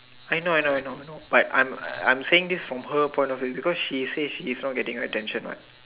I know I know I know but I'm I'm saying this from her point of view because she say she is not getting attention what